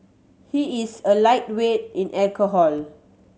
he is a lightweight in alcohol